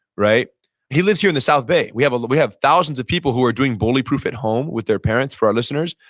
he lives here in the south bay we have ah we have thousands of people who are doing bully proof at home with their parents, for our listeners,